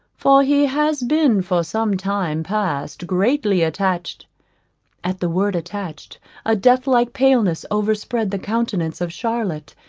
for he has been for some time past greatly attached at the word attached a death-like paleness overspread the countenance of charlotte,